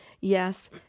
Yes